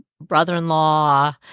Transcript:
brother-in-law